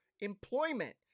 employment